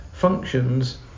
Functions